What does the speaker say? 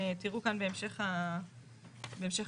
תראו בהמשך ההקראה,